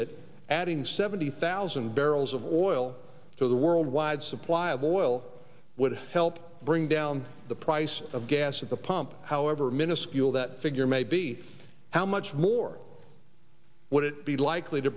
that adding seventy thousand barrels of oil to the worldwide supply of oil would help bring down the price of gas at the pump however minuscule that figure may be how much more what it be likely to